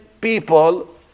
people